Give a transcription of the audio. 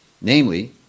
namely